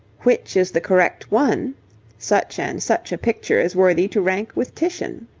which is the correct one such and such a picture is worthy to rank with titian.